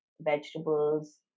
vegetables